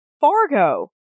Fargo